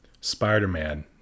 spider-man